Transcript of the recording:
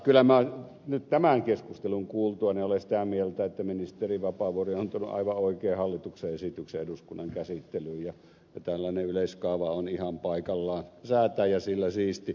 kyllä minä nyt tämän keskustelun kuultuani olen sitä mieltä että ministeri vapaavuori on antanut aivan oikean hallituksen esityksen eduskunnan käsittelyyn ja tällainen yleiskaava on ihan paikallaan säätää ja sillä siisti